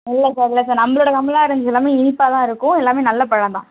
இல்லை சார் இல்லை சார் நம்மளோடய கமலா ஆரஞ்சு எல்லாமே இனிப்பாக தான் இருக்கும் எல்லாமே நல்ல பழம் தான்